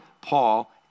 Paul